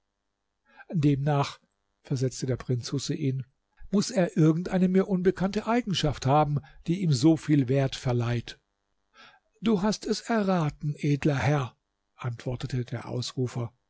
demnach versetzte der prinz husein muß er irgend eine mir unbekannte eigenschaft haben die ihm so viel wert verleiht du hast es erraten edler herr antwortete der ausrufer